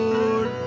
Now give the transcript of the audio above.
Lord